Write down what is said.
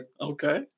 Okay